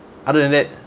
other than that